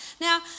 Now